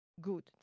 good